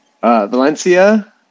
Valencia